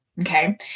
Okay